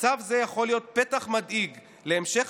"מצב זה יכול להיות פתח מדאיג להמשך